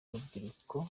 rubyiruko